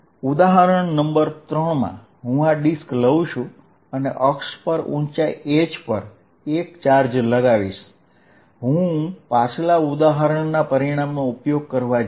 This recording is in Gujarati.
ઉદાહરણ નંબર 3 માં હું આ ડિસ્ક લઉ છું અને અક્ષ પર ઉંચાઇ h પર એક ચાર્જ લગાવીશ હું પાછલા ઉદાહરણના પરિણામનો ઉપયોગ કરવા જઈશ